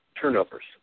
turnovers